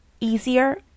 easier